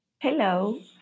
Hello